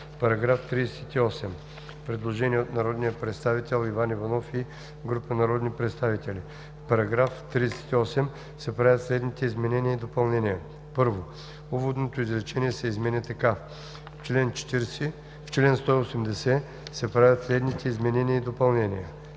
По § 38 има предложение от народния представител Иван Иванов и група народни представители: „В § 38 се правят следните изменения и допълнения: 1. Уводното изречение се изменя така: ,,В чл. 180 се правят следните изменения и допълнения:“.